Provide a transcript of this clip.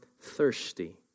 thirsty